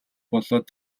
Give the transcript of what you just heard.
болоод